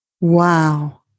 Wow